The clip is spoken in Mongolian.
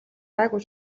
гайгүй